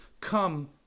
Come